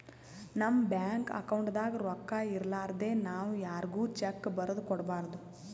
ನಮ್ ಬ್ಯಾಂಕ್ ಅಕೌಂಟ್ದಾಗ್ ರೊಕ್ಕಾ ಇರಲಾರ್ದೆ ನಾವ್ ಯಾರ್ಗು ಚೆಕ್ಕ್ ಬರದ್ ಕೊಡ್ಬಾರ್ದು